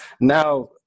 Now